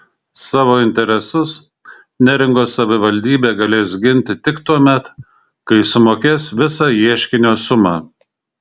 savo interesus neringos savivaldybė galės ginti tik tuomet kai sumokės visą ieškinio sumą